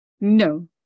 No